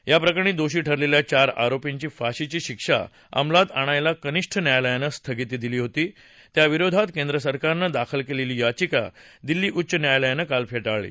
याप्रकरणी दोषी ठरलेल्या चार आरोपींची फाशीची शिक्षा अंमलात आणायला कनिष्ठ न्यायालयानं स्थगिती दिली होती त्याविरोधात केंद्रसरकारनं दाखल केलेली याचिका दिल्ली उच्च न्यायालयानं काल फेटाळली